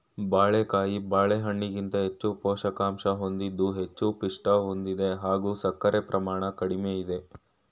ಬಾಳೆಕಾಯಿ ಬಾಳೆಹಣ್ಣಿಗಿಂತ ಹೆಚ್ಚು ಪೋಷಕಾಂಶ ಹೊಂದಿದ್ದು ಹೆಚ್ಚು ಪಿಷ್ಟ ಹೊಂದಿದೆ ಹಾಗೂ ಸಕ್ಕರೆ ಪ್ರಮಾಣ ಕಡಿಮೆ ಇದೆ